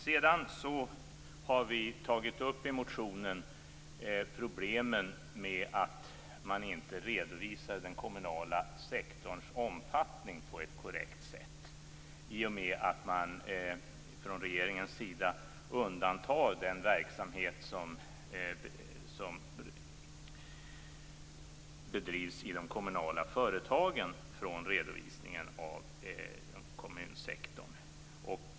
Sedan har vi i motionen tagit upp problemen med att man inte redovisar den kommunala sektorns omfattning på ett korrekt sätt i och med att man från regeringens sida undantar den verksamhet som bedrivs i de kommunala företagen från redovisningen av kommunsektorn.